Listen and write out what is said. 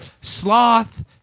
Sloth